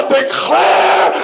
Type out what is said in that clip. declare